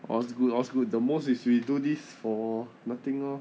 all's good all's good the most is we do this for nothing lor